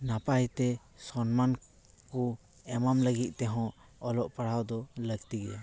ᱱᱟᱯᱟᱭᱛᱮ ᱥᱚᱱᱢᱟᱱ ᱠᱚ ᱮᱢᱟᱢ ᱞᱟᱹᱜᱤᱫ ᱛᱮᱦᱚ ᱚᱞᱚᱜ ᱯᱟᱲᱦᱟᱣ ᱫᱚ ᱞᱟᱹᱠᱛᱤ ᱜᱮᱭᱟ